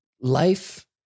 life